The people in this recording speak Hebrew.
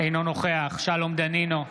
אינו נוכח שלום דנינו,